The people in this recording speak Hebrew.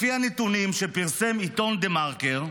לפי הנתונים שפרסם עיתון דה-מרקר,